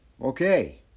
Okay